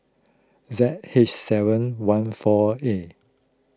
Z H seven one four A